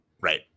Right